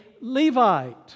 Levite